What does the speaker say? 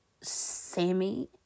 Sammy